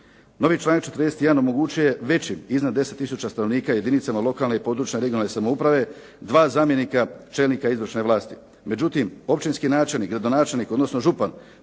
Novi članak 41. omogućuje većim, iznad 10 tisuća stanovnika jedinicama lokalne i područne (regionalne) samouprave dva zamjenika čelnika izvršne vlasti. Međutim, općinski načelnik, gradonačelnik, odnosno župan